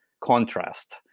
contrast